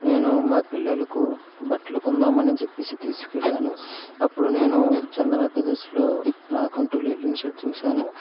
నేను మా పిల్లలకు బట్టలు కొందామని చెప్పేసి తీసుకెళ్ళాను అప్పుడు నేను చందనా బ్రదర్స్లో నాకంటూ లెనిన్ షర్ట్ చూశాను